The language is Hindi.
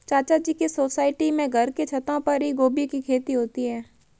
चाचा जी के सोसाइटी में घर के छतों पर ही गोभी की खेती होती है